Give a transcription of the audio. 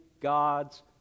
God's